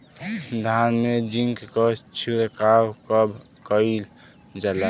धान में जिंक क छिड़काव कब कइल जाला?